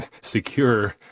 Secure